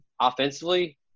offensively